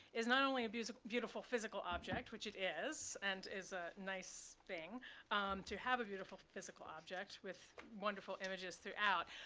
is not only a beautiful physical object, which it is, and is a nice thing to have a beautiful physical object with wonderful images throughout.